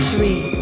Three